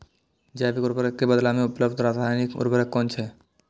जैविक उर्वरक के बदला में उपलब्ध रासायानिक उर्वरक कुन छै?